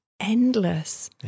Endless